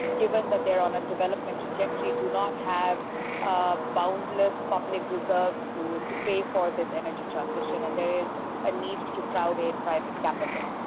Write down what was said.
given that they're on a development trajectory, do not have boundless public reserves to to pay for this energy transition and there is a need to crowd in private capital.